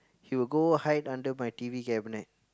he will go hide under my T_V cabinet